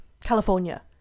california